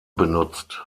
benutzt